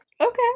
Okay